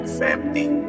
family